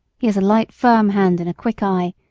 he has a light firm hand and a quick eye,